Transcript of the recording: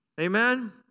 Amen